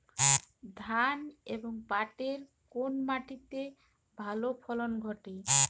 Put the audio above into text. ধান এবং পাটের কোন মাটি তে ভালো ফলন ঘটে?